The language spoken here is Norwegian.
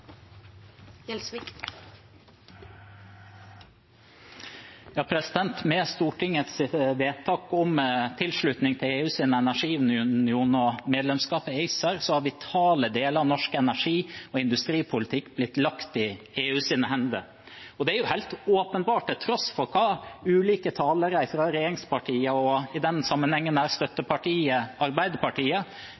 ACER har vitale deler av norsk energi- og industripolitikk blitt lagt i EUs hender. Det er helt åpenbart – til tross for hva ulike talere fra regjeringspartiene og, i denne sammenhengen,